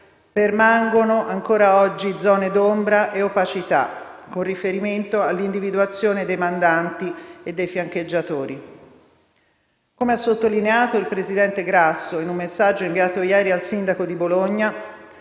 permangono ancora oggi zone d'ombra e opacità, con riferimento all'individuazione dei mandanti e dei fiancheggiatori. Come ha sottolineato il Presidente del Senato in un messaggio inviato ieri al sindaco di Bologna,